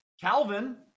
Calvin